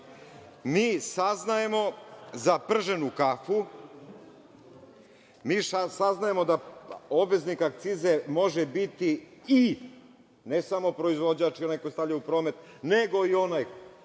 mi saznajemo za prženu kafu, mi saznajemo da obveznik akcize može biti i ne samo proizvođač i onaj ko stavlja u promet, nego i onaj